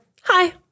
hi